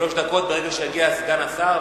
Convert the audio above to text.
שלוש דקות ברגע שיגיע סגן השר.